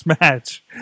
match